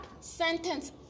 sentence